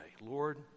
Lord